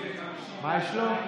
מה יש לו?